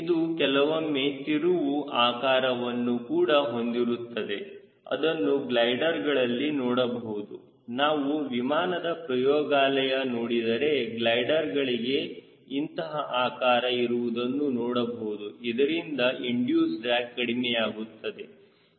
ಇದು ಕೆಲವೊಮ್ಮೆ ತಿರುವು ಆಕಾರವನ್ನು ಕೂಡ ಹೊಂದಿರುತ್ತದೆ ಅದನ್ನು ಗ್ಲೈಡರ್ಗಳಲ್ಲಿ ನೋಡಬಹುದು ನಾವು ವಿಮಾನದ ಪ್ರಯೋಗಾಲಯ ನೋಡಿದರೆ ಗ್ಲೈಡರ್ಗಳಿಗೆ ಇಂತಹ ಆಕಾರ ಇರುವುದನ್ನು ನೋಡಬಹುದು ಇದರಿಂದ ಇಂಡಿಯೂಸ್ ಡ್ರ್ಯಾಗ್ ಕಡಿಮೆಯಾಗುತ್ತದೆ